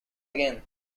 again